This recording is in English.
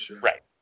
Right